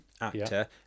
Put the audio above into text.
actor